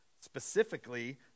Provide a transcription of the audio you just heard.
specifically